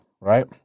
Right